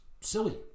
silly